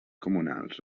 comunals